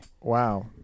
Wow